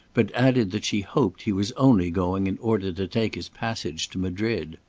but added that she hoped he was only going in order to take his passage to madrid.